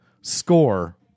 score